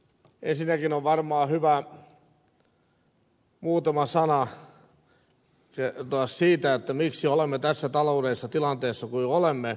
ensinnäkin on varmaan hyvä kertoa muutama sana siitä miksi olemme tässä taloudellisessa tilanteessa kuin olemme